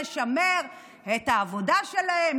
נשמר את העבודה שלהם,